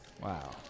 Wow